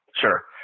Sure